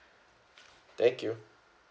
thank you